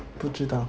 不知道